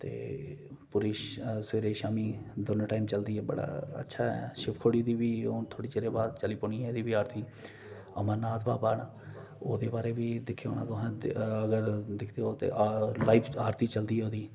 ते पूरे सबेरे शामी दौनें टाइम चलदी ऐ मतलब अच्छा ऐ शिबखोड़ी दी बी हून थोह्ड़ी चिरें बाद चली पौनी एह्दी बी आरती अमरनाथ बाबा ना ओह्दे बारेच बी दिक्खेआ होना तुसें दिखदे ओ कि लाइव आरती चलदी ऐ ओह्दी